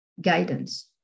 guidance